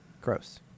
Gross